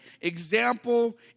example